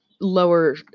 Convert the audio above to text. lower